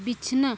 ᱵᱤᱪᱷᱱᱟᱹ